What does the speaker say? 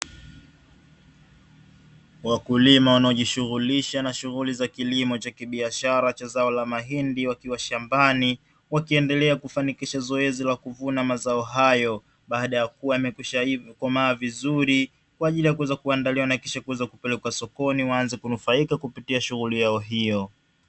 Wakulima wanaojishughulisha na shughuli za kilimo cha kibiashara cha zao la mahindi wakiwa shambani wakiendelea kufanikisha zoezi la kuvuna mazao hayo, baada ya kuwa yamekwishakomaa vizuri kwa ajili ya kuandaliwa na kupelekwa sokoni ili waanze kunufaika kupitia shughuli yao hiyo.